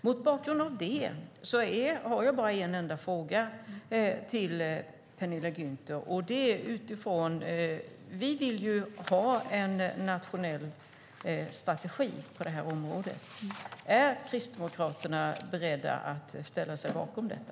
Mot bakgrund av det har jag bara en enda fråga till Penilla Gunther. Vi vill ju ha en nationell strategi på det här området. Är Kristdemokraterna beredda att ställa sig bakom detta?